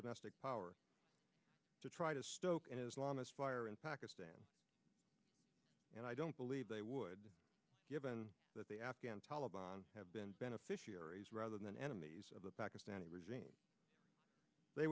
domestic power to try to stoke islamize fire in pakistan and i don't believe they would given that the afghan taliban have been beneficiaries rather than enemies of the pakistani regime they